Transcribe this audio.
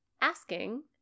asking